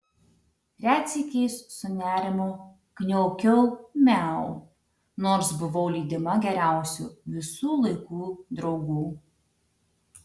retsykiais su nerimu kniaukiau miau nors buvau lydima geriausių visų laikų draugų